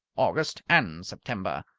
august, and september.